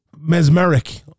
Mesmeric